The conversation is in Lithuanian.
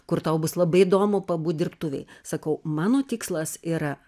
kur tau bus labai įdomu pabūt dirbtuvėj sakau mano tikslas yra